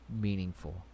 meaningful